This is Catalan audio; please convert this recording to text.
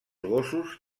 gossos